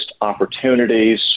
opportunities